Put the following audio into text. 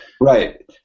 Right